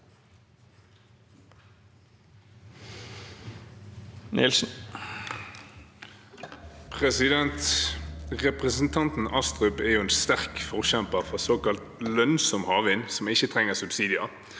Representan- ten Astrup er en sterk forkjemper for såkalt lønnsom havvind, som ikke trenger subsidier.